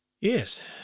Yes